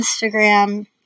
Instagram